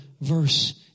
verse